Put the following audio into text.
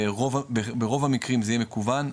ברוב המקרים זה יהיה מקוון,